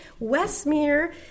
Westmere